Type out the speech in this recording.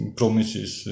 promises